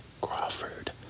Crawford